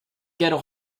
get